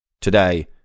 today